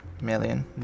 million